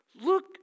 Look